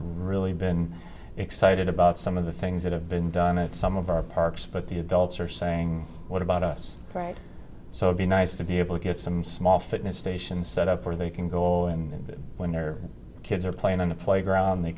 really been excited about some of the things that have been done it some of our parks but the adults are saying what about us right so would be nice to be able to get some small fitness stations set up where they can go and when their kids are playing on the playground